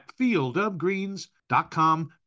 fieldofgreens.com